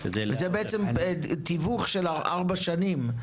זה בעצם תיווך של ארבע שנים,